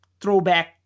throwback